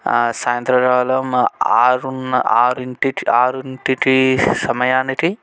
సాయంత్రాలో మా ఆరున్న ఆరింటి ఆరుంటికి సమయానికి